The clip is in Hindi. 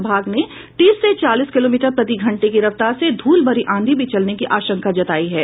विभाग ने तीस से चालीस किलोमीटर प्रतिघंटे की रफ्तार से धूल भरी आंधी भी चलने की आशंका जतायी गयी है